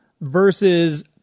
versus